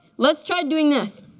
let's try doing this.